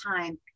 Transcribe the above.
time